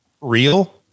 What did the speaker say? real